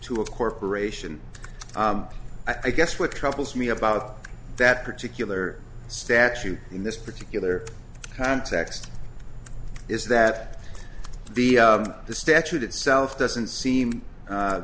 to a corporation i guess what troubles me about that particular statute in this particular context is that the the statute itself doesn't seem